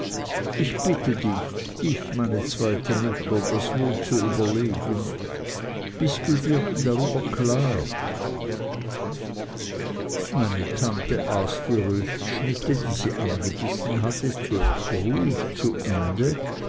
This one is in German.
ich bitte dich dich meine zweite mutter das wohl zu überlegen bist du dir darüber klar meine tante aß die röstschnitte die sie angebissen hatte zuerst ruhig zu ende